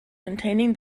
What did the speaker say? containing